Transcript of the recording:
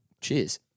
cheers